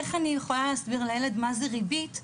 איך אני יכולה להסביר לילד מה זה ריבית,